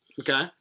Okay